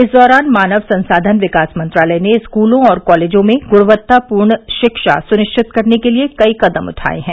इस दौरान मानव संसाधन विकास मंत्रालय ने स्कूलों और कॉलेजों में गुणवत्तापूर्ण शिक्षा सुनिश्चित करने के लिए कई कदम उठाये है